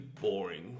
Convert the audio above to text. boring